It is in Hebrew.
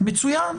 מצוין.